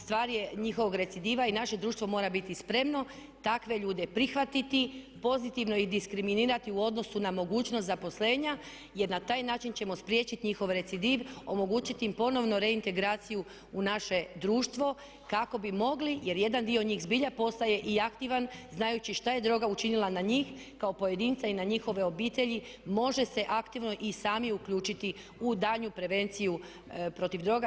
Stvar je njihovog recidiva i naše društvo mora biti spremno takve ljude prihvatiti, pozitivno ih diskriminirati u odnosu na mogućnost zaposlenja jer na taj način ćemo spriječiti njihov recidiv, omogućiti im ponovno reintegraciju u naše društvo kako bi mogli jer jedan dio njih zbilja postaje i aktivan znajući što je droga učinila na njih kao pojedinca i na njihove obitelji može se aktivno i sami uključiti u daljnju prevenciju protiv droga.